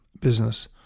business